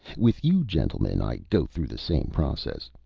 with you gentlemen i go through the same process.